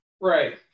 Right